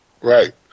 Right